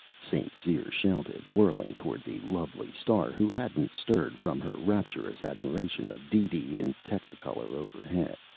st. cyr shouted, whirling toward the lovely star, who hadn't stirred from her rapturous admiration of deedee in technicolor overhead.